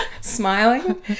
smiling